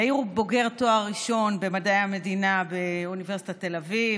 יאיר הוא בוגר תואר ראשון במדעי המדינה באוניברסיטת תל אביב